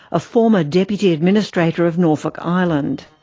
a former deputy administrator of norfolk island.